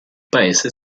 paese